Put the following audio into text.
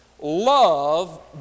Love